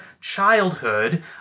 childhood